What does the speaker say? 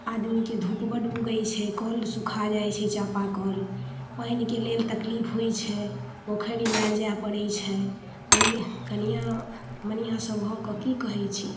आदमीके धूप बड्ड उगै छै कल सुखा जाइ छै चापा कल पानिके लेल तकलीफ होइ छै पोखरि इनार जाइ पड़ै छै ओइ कनिआँ मनिआँ सभ भऽ कऽ की कहै छी